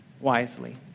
wisely